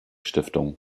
stiftung